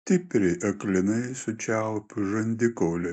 stipriai aklinai sučiaupiu žandikaulį